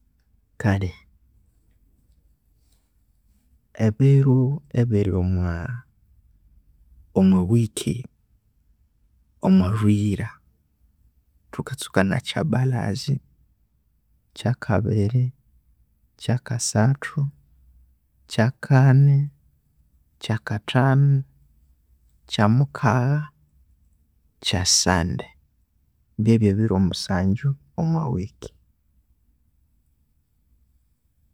Kalhe ebiru ebiri omwa wiki omwa lhuyira thukastuka na kyabalhaza, kyakabiri, kyakasathu, kyakani, kyakathanu, kyamukagha, kyasande, byebyo ebiro musangyu omwa wiki.